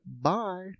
Bye